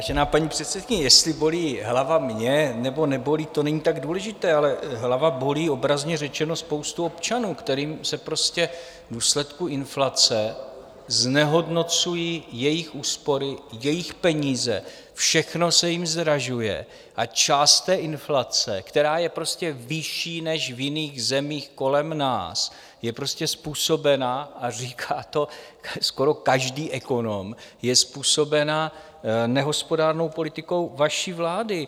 Vážená paní předsedkyně, jestli bolí hlava mě nebo nebolí, to není tak důležité, ale hlava bolí obrazně řečeno spoustu občanů, kterým se prostě v důsledku inflace znehodnocují jejich úspory, jejich peníze, všechno se jim zdražuje a část té inflace, která je prostě vyšší než v jiných zemích kolem nás, je prostě způsobena, a říká to skoro každý ekonom, je způsobena nehospodárnou politikou vaší vlády.